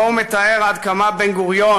ובו הוא מתאר עד כמה בן-גוריון,